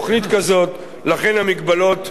לכן המגבלות ידועות לנו,